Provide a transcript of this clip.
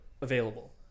available